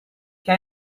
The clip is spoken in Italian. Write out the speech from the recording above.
che